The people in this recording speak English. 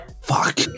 Fuck